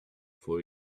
for